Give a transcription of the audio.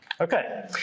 Okay